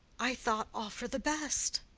i thought all for the best.